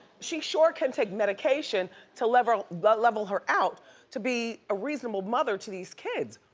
she sure can take medication to level level her out to be a reasonable mother to these kids.